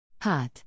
Hot